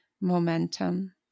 momentum